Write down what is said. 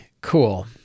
cool